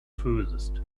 furthest